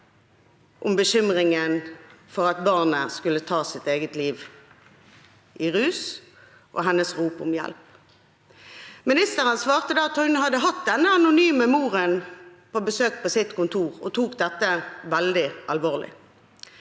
om bekymringen for at barnet skulle ta sitt eget liv i rus, og hennes rop om hjelp. Ministeren svarte da at hun hadde hatt denne anonyme moren på besøk på sitt kontor og tok dette veldig alvorlig.